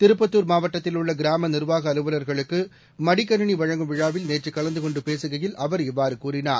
திருப்பத்துா் மாவட்டத்தில் உள்ள கிராம நிர்வாக அலுவல்களுக்கு மடிக்கணினி வழங்கும் விழாவில் நேற்று கலந்து கொண்டு பேசுகையில் அவர் இவ்வாறு கூறினார்